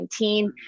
2019